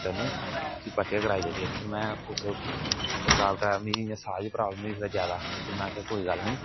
कोई चक्कर नेई तुगी परतियै कराई देगे फिर में उस प्रकार दा मिगी इयां साह् दी प्रावल्म होई ज्यादा में आखेआ कोई गल्ल नेई